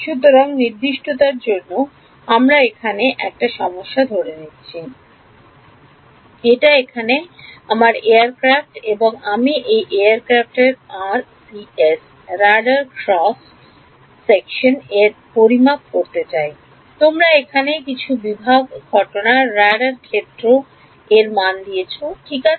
সুতরাং নির্দিষ্টতার জন্য আমরা এখানে একটা সমস্যা ধরে নিচ্ছি এটা এখানে আমার এয়ারক্রাফ্ট এবং আমি এই এয়ারক্রাফ্ট এর RCS radar cross RCS Radar Cross Section এর মান পরিমাপ করতে চাই তোমরা এখানে কিছু বিভাগ ঘটনা রাডার ক্ষেত্র এর মান দিয়েছো ঠিক আছে